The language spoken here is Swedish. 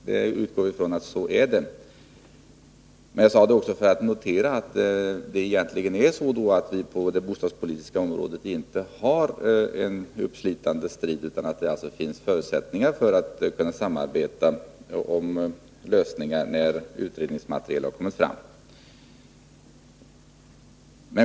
Men jag gjorde mitt konstaterande också för att konstatera att vi på det bostadspolitiska området egentligen inte har några uppslitande strider, utan att det finns förutsättningar för att kunna samarbeta om lösningar när utredningsmaterial kommit fram.